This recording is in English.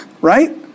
Right